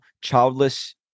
childless